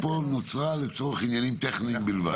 הגמישות פה נוצרה לצורך עניינים טכניים בלבד.